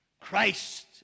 Christ